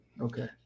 Okay